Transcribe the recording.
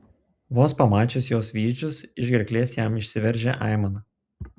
vos pamačius jos vyzdžius iš gerklės jam išsiveržė aimana